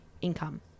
income